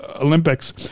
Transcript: Olympics